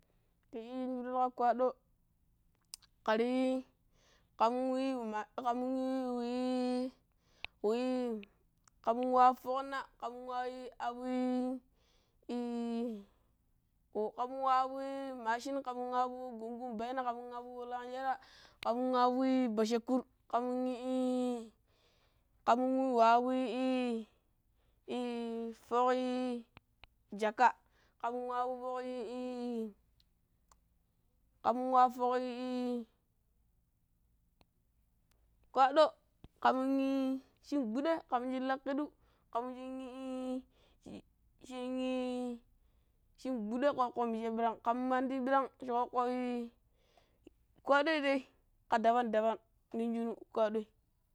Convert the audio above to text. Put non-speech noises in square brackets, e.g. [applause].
[unintelligible] yiijin shuran ka kwado ƙirai ƙam no̱ng [hesitation] wui wii ƙam nong waap fa̱kna, kam nong abu ii [hesitation] ƙam no̱ng wu abu macin kam nong wu abu gungum baina, ƙam no̱ng wu abu lwangshara, ƙam no̱ng wu abu bashakur, ƙam no̱ng i-i ƙam no̱ng [hesitation] wu abuii fo̱k jaka, ƙam no̱ng abu fo̱k i-i [hesitation] kwaɗo ƙam no̱ng shin gbu ɗe kam no̱ng shin lakki-diiu ƙam no̱ng shin i-i kam no̱ng shin [hesitation] gbude ɗooɗɗo koko maije ɓilang kam nin mandi bilang shin gudai kooƙƙo mingire billang kam ninn mandi bilang shi kokoi-i kwado dai ƙa daban dabam no̱ng shimmi kwadoi.